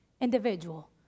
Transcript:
individual